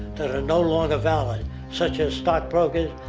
that are no longer valid, such as stockbrokers,